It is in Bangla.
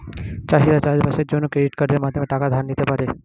চাষিরা চাষবাসের জন্য ক্রেডিট কার্ডের মাধ্যমে টাকা ধার নিতে পারে